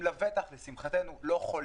של אנשים שהם לבטח לשמחתנו לא חולים,